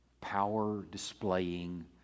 power-displaying